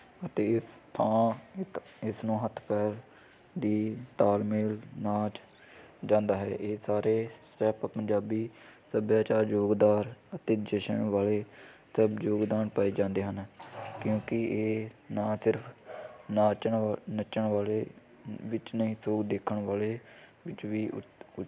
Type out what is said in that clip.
ਅਤੇ ਇਸ ਥਾਂ ਇਸ ਨੂੰ ਹੱਥ ਪੈਰ ਦੀ ਤਾਲਮੇਲ ਨਾਚ ਜਾਂਦਾ ਹੈ ਇਹ ਸਾਰੇ ਸਟੈਪ ਪੰਜਾਬੀ ਸੱਭਿਆਚਾਰ ਯੋਗਦਾਰ ਅਤੇ ਜਸ਼ਨ ਵਾਲੇ ਦਾ ਯੋਗਦਾਨ ਪਾਏ ਜਾਂਦੇ ਹਨ ਕਿਉਂਕਿ ਇਹ ਨਾ ਤਾਂ ਨਾਚ ਨੱਚਣ ਵਾਲੇ ਵਿੱਚ ਨਹੀਂ ਸੋ ਦੇਖਣ ਵਾਲੇ ਵਿੱਚ ਵੀ